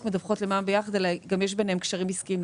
מדווחות למע"מ ביחד אלא גם יש ביניהן קשרים עסקיים.